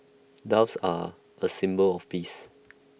doves are A symbol of peace